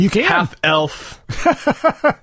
half-elf